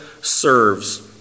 serves